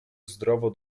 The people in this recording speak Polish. zdrowo